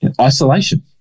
isolation